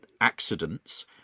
accidents